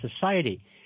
society